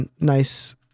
nice